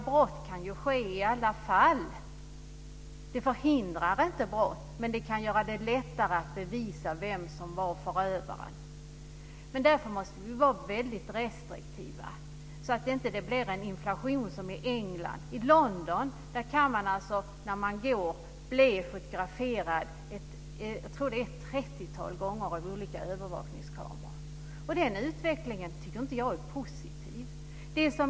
Brott kan ju ske i alla fall. De förhindrar inte brott, men de kan göra det lättare att bevisa vem som var förövaren. Därför måste vi vara väldigt restriktiva så att vi inte får en inflation som i England. I London kan man bli fotograferad ett trettiotal gånger av olika övervakningskameror när man är ute och går. Jag tycker inte att det är en positiv utveckling.